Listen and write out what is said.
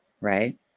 right